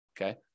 okay